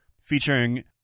featuring